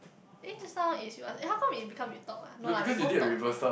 eh just now is you ask eh how come we become we talk ah no lah we both talk